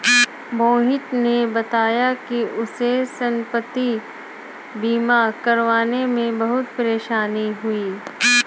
मोहित ने बताया कि उसे संपति बीमा करवाने में बहुत परेशानी हुई